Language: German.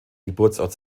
geburtsort